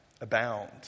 abound